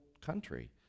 country